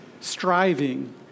striving